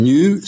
New